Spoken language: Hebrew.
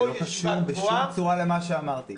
זה לא קשור בשום צורה למה שאמרתי.